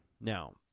Now